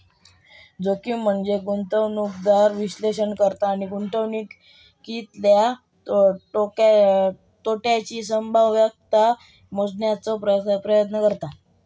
जोखीम म्हनजे गुंतवणूकदार विश्लेषण करता आणि गुंतवणुकीतल्या तोट्याची संभाव्यता मोजण्याचो प्रयत्न करतत